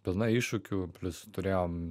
pilna iššūkių plius turėjom